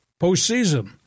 postseason